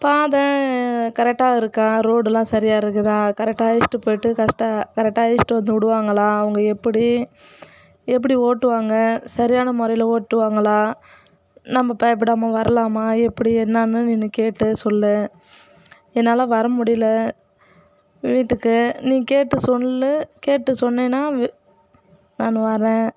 பாதை கரெக்டாக இருக்கா ரோடுல்லாம் சரியாக இருக்குதா கரெக்டாக அலைச்ட்டு போயிட்டு கஷ்டா கரெக்டாக அலைச்ட்டு வந்து விடுவாங்களா அவங்க எப்படி எப்படி ஓட்டுவாங்க சரியான முறையில் ஓட்டுவாங்களா நம்ம பயப்படாமல் வரலாமா எப்படி என்னான்னு நீ நீ கேட்டு சொல்லு என்னால் வர முடியல வீட்டுக்கு நீ கேட்டு சொல்லு கேட்டு சொன்னின்னா வி நான் வாரேன்